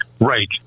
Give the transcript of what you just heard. Right